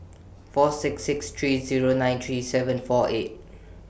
four six six three Zero nine three seven four eight